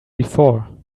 before